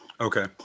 Okay